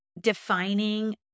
defining